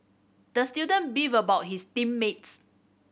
the student beefed about his team mates